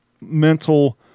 mental